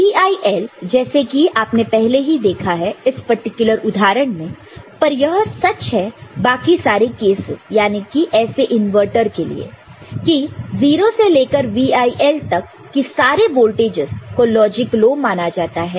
VIL जैसे कि आपने पहले ही देखा है इस पर्टिकुलर उदाहरण में पर यह सच है बाकी सारे कैसस याने कि ऐसे इनवर्टर के लिए की 0 से लेकर VIL तक कि सारे वोल्टेजस को लॉजिक लो माना जाता है